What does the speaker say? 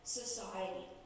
society